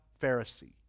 Pharisee